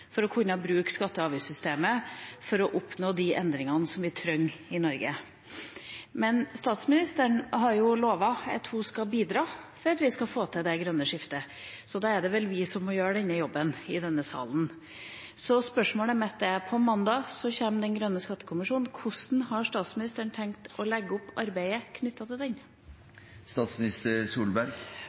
for å kunne bruke skatte- og avgiftssystemet for å oppnå de endringene som vi trenger i Norge. Men statsministeren har jo lovet at hun skal bidra til at vi skal få til det grønne skiftet, så da er det vel vi i denne salen som må gjøre denne jobben. Neste onsdag kommer Grønn skattekommisjons rapport. Spørsmålet mitt er: Hvordan har statsministeren tenkt å legge opp arbeidet knyttet til